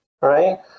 right